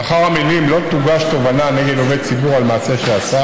לאחר המילים "לא תוגש תובענה נגד עובד ציבור על מעשה שעשה"